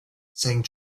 saying